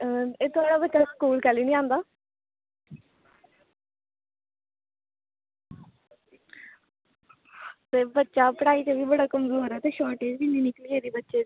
एह् थोआड़ा पुत्तर स्कूल कैल्ली नी आंदा बच्चा पढ़ाई च बी कमज़ोर ऐ ते शार्टेज़ बी इन्नी निकली गेदी बच्चे दी